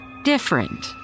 different